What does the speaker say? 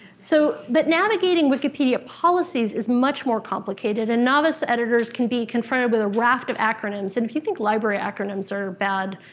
so, but now that heeding wikipedia policies is much more complicated and novice editors can be confronted with a raft of acronyms. and if you think library acronyms are bad,